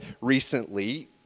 recently